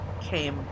came